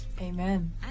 Amen